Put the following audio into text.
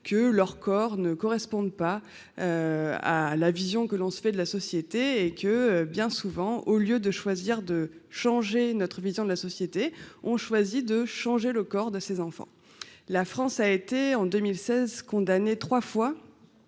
que leurs corps ne correspondent pas à la vision que l'on se fait de la société et que bien souvent, au lieu de choisir de changer notre vision de la société ont choisi de changer le corps de ses enfants, la France a été en 2016 condamné 3 fois